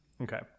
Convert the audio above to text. Okay